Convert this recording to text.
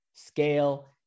scale